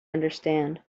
understand